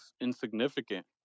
insignificant